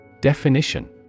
Definition